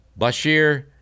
Bashir